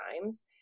times